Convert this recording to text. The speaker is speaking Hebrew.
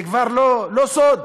זה כבר לא סוד,